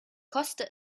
koste